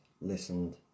listened